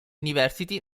university